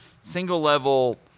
single-level